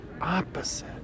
opposite